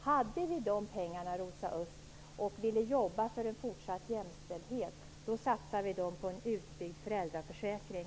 Hade vi de pengarna, Rosa Östh, och ville arbeta för fortsatt jämställdhet, skulle vi satsa dem på en utbyggd föräldraförsäkring.